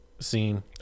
scene